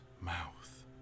mouth